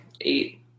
eight